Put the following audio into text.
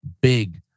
big